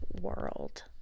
world